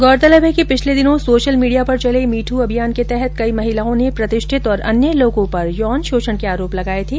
गौरतलब है कि पिछले दिनों सोशल मीडिया पर चले मी टू अभियान के तहत कई महिलाओं ने प्रतिष्ठित और अन्य लोगों पर यौन शोषण के आरोप लगाये थे